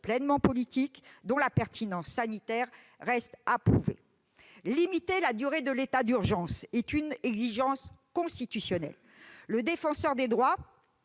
pleinement politique, dont la pertinence sanitaire reste à prouver. Limiter la durée de l'état d'urgence est une exigence constitutionnelle. Le Défenseur des droits